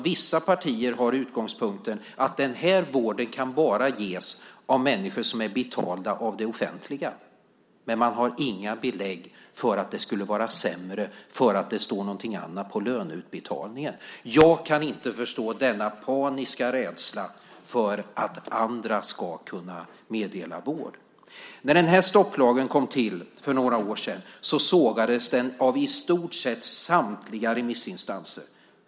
Vissa partier har utgångspunkten att den vården bara kan ges av människor som är betalda av det offentliga, men man har inga belägg för att det skulle vara sämre för att det står något annat på löneutbetalningen. Jag kan inte förstå denna paniska rädsla för att andra ska kunna meddela vård. När stopplagen kom till för några år sedan sågades den av i stort sett samtliga remissinstanser.